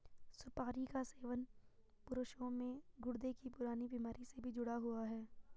सुपारी का सेवन पुरुषों में गुर्दे की पुरानी बीमारी से भी जुड़ा हुआ है